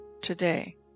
today